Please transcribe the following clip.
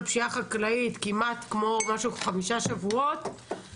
פשיעה חקלאית כמעט כמו משהו חמישה שבועות,